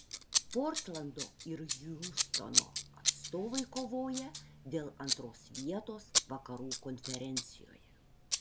portlando ir hjustono atstovai kovoja dėl antros vietos vakarų konferencijoje